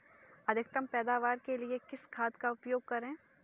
अधिकतम पैदावार के लिए किस खाद का उपयोग करें?